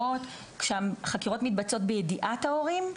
חקירות: כשהחקירות מתבצעות בידיעת ההורים.